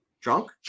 Drunk